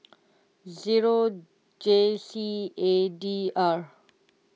zero J C A D R